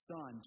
Son